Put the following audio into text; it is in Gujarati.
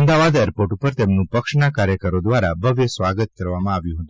અમદાવાદ એરપોર્ટ ઉપર તેમનું પક્ષના કાર્યકરો દ્વારા ભવ્ય સ્વાગત કરવામાં આવ્યું હતું